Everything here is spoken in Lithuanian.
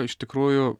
iš tikrųjų